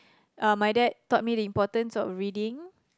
uh my dad taught me the importance of reading